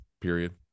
period